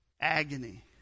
agony